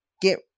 get